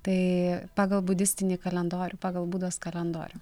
tai pagal budistinį kalendorių pagal budos kalendorių